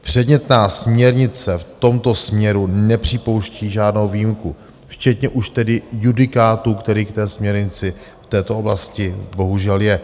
Předmětná směrnice v tomto směru nepřipouští žádnou výjimku, včetně už tedy judikátu, který k té směrnici v této oblasti bohužel je.